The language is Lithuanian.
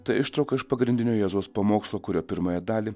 tai ištrauka iš pagrindinio jėzaus pamokslo kurio pirmąją dalį